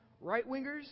right-wingers